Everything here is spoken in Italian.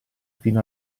fino